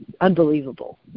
unbelievable